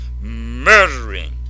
murdering